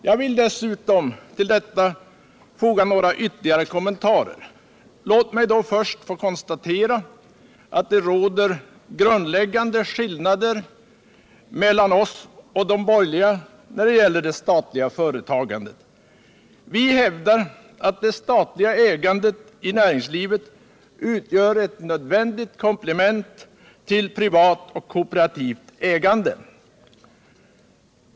Jag vill dessutom till detta foga några ytterligare kommentarer. Låt mig då först få konstatera att det finns grundläggande skillnader mellan oss och de borgerliga när det gäller det statliga företagandet. Vi hävdar att det statliga ägandet i näringslivet utgör ett nödvändigt alternativ till privat och kooperativt ägande.